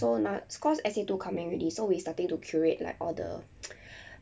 so now cause S_A two coming already so we starting to curate like all the